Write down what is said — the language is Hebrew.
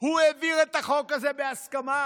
הוא העביר את החוק הזה בהסכמה,